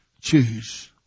choose